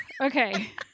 Okay